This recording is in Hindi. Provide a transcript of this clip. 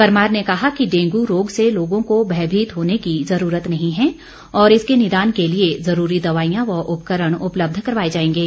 परमार ने कहा कि डेंगू रोग से लोगों को भयभीत होने की ज़रूरत नहीं है और इसके निदान के लिए जुरूरी दवाईयां और उपकरण उपलब्ध करवाए जाएगे